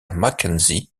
mackenzie